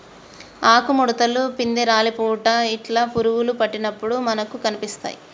ఆకు ముడుతలు, పిందె రాలిపోవుట ఇట్లా పురుగులు పట్టినప్పుడు మనకు కనిపిస్తాయ్